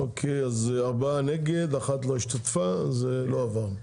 ארבעה נגד, אחת לא השתתפה, לא עבר.